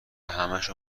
همشو